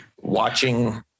watching